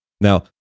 Now